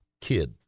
kid